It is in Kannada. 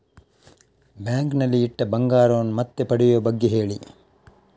ಬ್ಯಾಂಕ್ ನಲ್ಲಿ ಇಟ್ಟ ಬಂಗಾರವನ್ನು ಮತ್ತೆ ಪಡೆಯುವ ಬಗ್ಗೆ ಹೇಳಿ